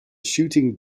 shooting